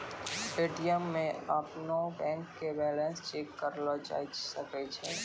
ATM मे अपनो bank के बैलेंस चेक करलो जाय सकै छै